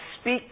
speak